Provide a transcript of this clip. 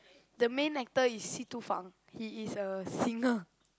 the main actor is Si Tu Feng he is a singer